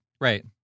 Right